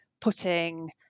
putting